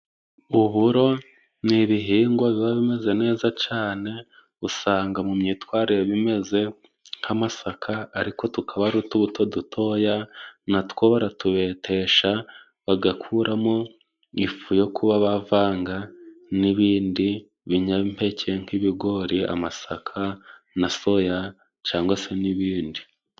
Uburo ni ibihingwa biba bimeze neza cane, usanga mu myitwarire bimeze nk'amasaka ariko tukaba ari utubuto dutoya, natwo baratubetesha bagakuramo ifu yo kuba bavanga n'ibindi binyampeke nk'ibigori, amasaka na soya, cangwa se n'ibindi.